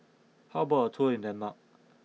how about a tour in Denmark